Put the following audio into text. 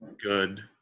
good